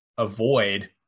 avoid